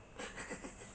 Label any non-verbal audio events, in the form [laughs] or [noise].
[laughs]